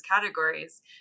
categories